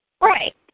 Right